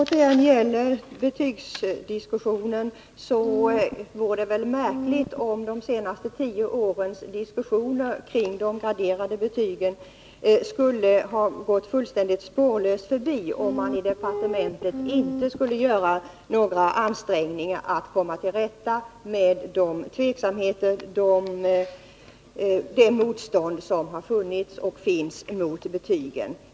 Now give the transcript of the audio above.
Fru talman! Det vore väl märkligt om de senaste tio årens diskussioner kring de graderade betygen skulle ha gått fullständigt spårlöst förbi och man i departementet inte skulle göra några ansträngningar att komma till rätta med den tveksamhet och det motstånd som har funnits och finns mot betygen.